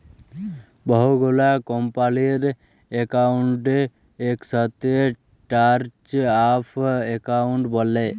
বহু গুলা কম্পালির একাউন্টকে একসাথে চার্ট অফ একাউন্ট ব্যলে